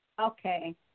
Okay